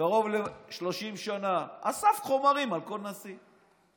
קרוב ל-30 שנה, אסף חומרים על כל נשיא.